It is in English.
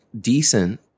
decent